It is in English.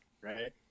right